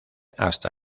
hasta